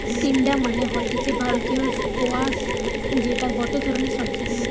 তিনডা মানে হতিছে ভারতীয় স্কোয়াশ যেটা গটে ধরণের সবজি